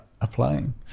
applying